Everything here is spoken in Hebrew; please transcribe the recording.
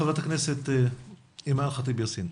חברת הכנסת אימאן ח'טיב יאסין.